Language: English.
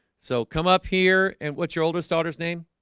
so come up here. and what's your oldest daughter's name?